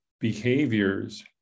Behaviors